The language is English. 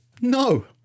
No